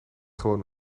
gewoon